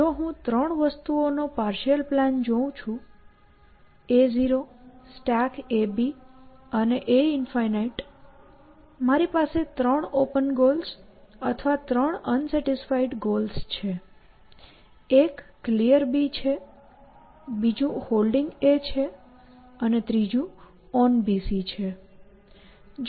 જો હું ત્રણ વસ્તુઓ નો આ પાર્શિઅલ પ્લાન જોઉં છું a0 StackAB અને a∞ મારી પાસે ત્રણ ઓપન ગોલ્સ અથવા ત્રણ અનસેટિસ્ફાઈડ ગોલ્સ છે એક Clear છે બીજું Holding છે અને ત્રીજું OnBC છે